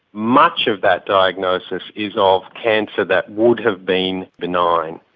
much of that diagnosis is ah of cancer that would have been benign.